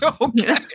Okay